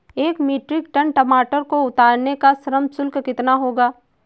एक metric ton टमाटर को उतारने का श्रम शुल्क कितना होगा?